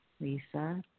Lisa